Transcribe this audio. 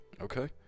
Okay